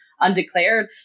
Undeclared